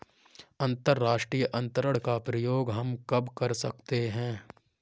अंतर्राष्ट्रीय अंतरण का प्रयोग हम कब कर सकते हैं?